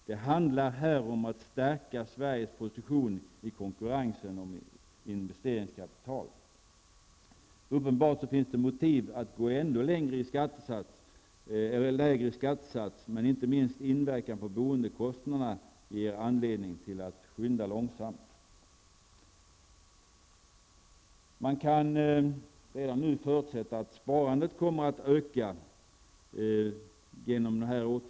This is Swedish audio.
Det handlar här om att stärka Sveriges position i konkurrensen om investeringskapital. Uppenbarligen finns det motiv för en ännu lägre skattesats. Men inte minst inverkan på boendekostnaderna ger oss anledning att skynda långsamt. Redan nu kan man förutsätta att sparandet kommer att öka genom den här åtgärden.